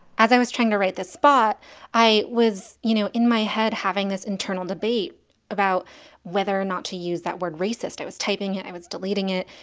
as i was trying to write this spot i was, you know, in my head, having this internal debate about whether or not to use that word, racist. it was typing it, i was deleting it.